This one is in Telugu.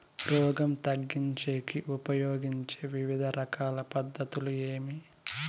రోగం తగ్గించేకి ఉపయోగించే వివిధ రకాల పద్ధతులు ఏమి?